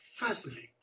fascinating